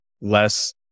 less